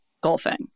golfing